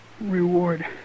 Reward